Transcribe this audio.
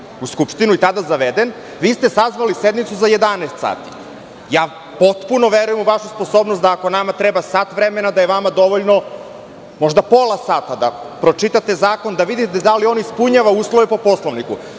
u Skupštinu i tada zaveden, vi ste sazvali sednicu za 11 sati. Potpuno verujem u vašu sposobnost da, ako nama treba sat vremena, da je vama dovoljno možda pola sata da pročitate zakon da vidite da li on ispunjava uslove po Poslovniku,